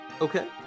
Okay